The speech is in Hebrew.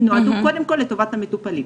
קודם כל לטובת המטופלים.